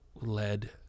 led